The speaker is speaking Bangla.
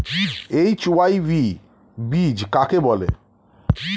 এইচ.ওয়াই.ভি বীজ কাকে বলে?